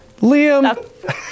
Liam